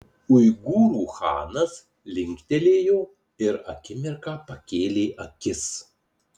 uigūrų chanas linktelėjo ir akimirką pakėlė akis